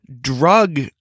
drug